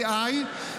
AI,